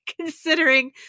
considering